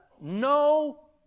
no